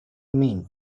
mean